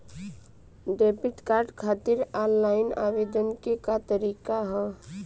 Debit card खातिर online आवेदन के का तरीकि ह?